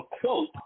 quote